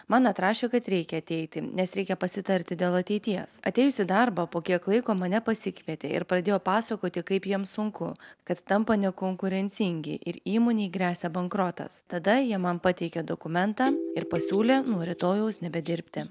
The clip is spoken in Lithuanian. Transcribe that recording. man atrašė kad reikia ateiti nes reikia pasitarti dėl ateities atėjus į darbą po kiek laiko mane pasikvietė ir pradėjo pasakoti kaip jiems sunku kad tampa nekonkurencingi ir įmonei gresia bankrotas tada jie man pateikė dokumentą ir pasiūlė nuo rytojaus nebedirbti